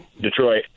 Detroit